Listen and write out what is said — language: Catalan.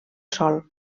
sòl